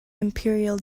imperial